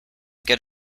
get